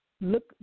Look